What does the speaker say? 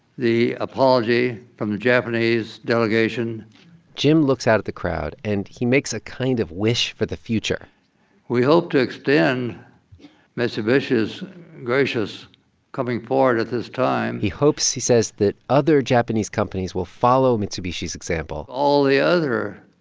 the apology from the japanese delegation jim looks out at the crowd, and he makes a kind of wish for the future we hope to extend mitsubishi's gracious coming forward at this time he hopes, he says, that other japanese companies will follow mitsubishi's example all the other